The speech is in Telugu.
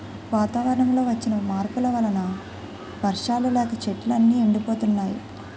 వాతావరణంలో వచ్చిన మార్పుల వలన వర్షాలు లేక చెట్లు అన్నీ ఎండిపోతున్నాయి